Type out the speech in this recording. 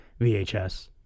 VHS